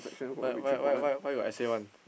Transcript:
why why why why why got essay one